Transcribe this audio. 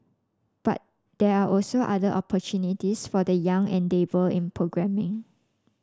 but there are also other opportunities for the young and dabble in programming